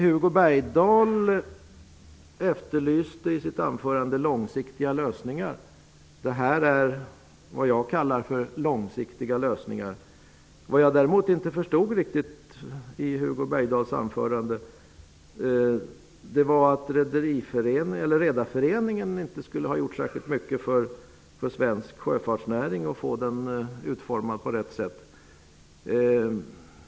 Hugo Bergdahl efterlyste i sitt anförande långsiktiga lösningar. I min motion finns vad jag kallar för långsiktiga lösningar. Vad jag däremot inte riktigt förstod i Hugo Bergdahls anförande var att Redareföreningen inte skulle ha gjort särskilt mycket för svensk sjöfartsnäring, för att utforma den på rätt sätt.